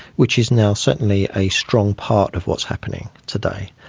which is now certainly a strong part of what's happening today.